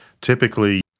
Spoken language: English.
typically